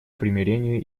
примирению